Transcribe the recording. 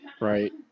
right